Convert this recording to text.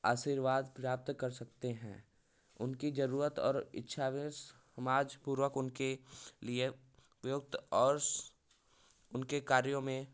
आशीर्वाद प्राप्त कर सकते हैं उनकी जरूरत और इच्छावेश उनके लिए उपयुक्त और उनके कार्यों में